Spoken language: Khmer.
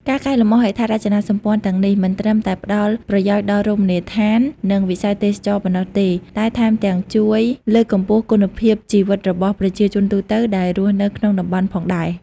ការកែលម្អហេដ្ឋារចនាសម្ព័ន្ធទាំងនេះ មិនត្រឹមតែផ្តល់ប្រយោជន៍ដល់រមណីយដ្ឋាន និងវិស័យទេសចរណ៍ប៉ុណ្ណោះទេ តែថែមទាំងជួយ លើកកម្ពស់គុណភាពជីវិតរបស់ប្រជាជនទូទៅ ដែលរស់នៅក្នុងតំបន់ផងដែរ។